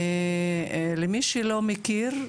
למי שלא מכיר,